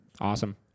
Awesome